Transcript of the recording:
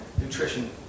nutrition